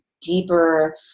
deeper